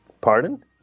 Pardon